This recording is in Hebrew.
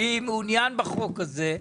אני מעוניין בחוק הזה,